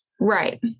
right